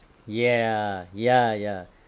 ya ya ya